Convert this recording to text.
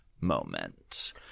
moment